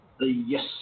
Yes